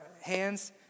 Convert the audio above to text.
hands